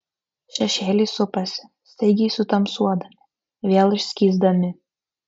šešėliai supasi staigiai sutamsuodami vėl išskysdami